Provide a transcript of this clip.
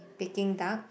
Peking duck